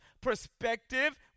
perspective